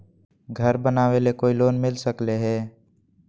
घर बनावे ले कोई लोनमिल सकले है?